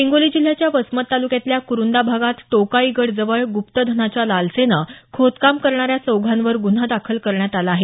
हिंगोली जिल्ह्याच्या वसमत तालुक्यातल्या कुरुंदा भागात टोकाईगड जवळ गुप्तधनाच्या लालसेनं खोदकाम करणाऱ्या चौघांवर गुन्हा दाखल करण्यात आला आहे